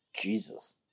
Jesus